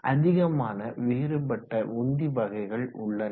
அதிகமான வேறுபட்ட உந்தி வகைகள் உள்ளன